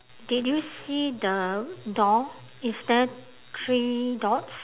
did you see the door is there three dots